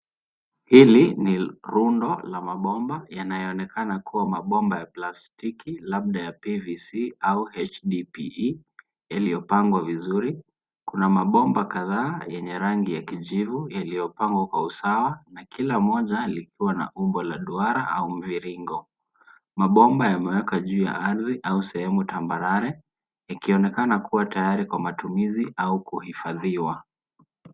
Hili ni rundo la mabomba, yanayoonekana kua mabomba ya plastiki, labda ya PVC au HDPE, yaliyopangwa vizuri. Kuna mabomba kadhaa yenye rangi ya kijivu, yaliyopangwa kwa usawa, na kila moja likiwa na umbo la duara au mviringo. Mabomba yamewekwa juu ya ardhi au sehemu tambarare, ikionekana kua tayari kwa matumizi au kuhifadhiwa.